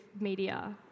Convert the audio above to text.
media